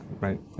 right